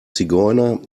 zigeuner